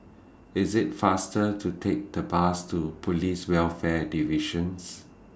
IS IT faster to Take The Bus to Police Welfare Divisions